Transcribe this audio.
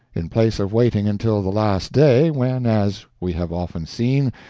in place of waiting until the last day, when, as we have often seen,